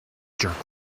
jerk